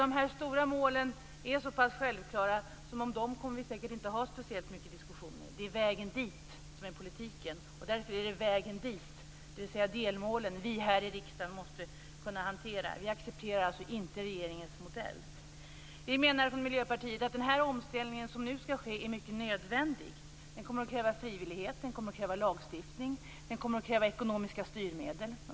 De stora målen är så pass självklara att vi säkert inte kommer att ha särskilt mycket diskussioner om dem. Det är vägen dit som är politiken. Därför är det vägen dit, dvs. delmålen, som vi här i riksdagen måste kunna hantera. Vi accepterar alltså inte regeringens modell. Miljöpartiet menar att den omställning som nu skall ske är helt nödvändig. Den kommer att kräva frivillighet, lagstiftning och ekonomiska styrmedel.